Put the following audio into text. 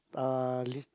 uh